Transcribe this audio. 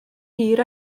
hir